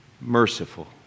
merciful